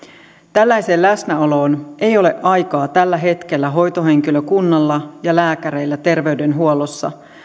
tällaiseen läsnäoloon ei ole aikaa tällä hetkellä hoitohenkilökunnalla ja lääkäreillä terveydenhuollossa